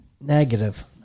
Negative